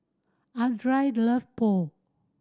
Andria love Pho